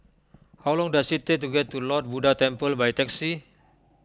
how long does it take to get to Lord Buddha Temple by taxi